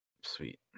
Sweet